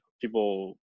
people